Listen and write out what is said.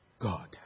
God